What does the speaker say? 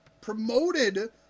promoted